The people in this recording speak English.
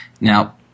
Now